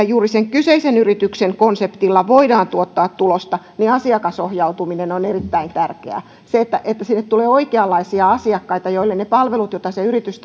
juuri sen kyseisen yrityksen konseptilla voidaan tuottaa tulosta asiakasohjautuminen on erittäin tärkeää se että sinne tulee oikeanlaisia asiakkaita joille ne palvelut joita se yritys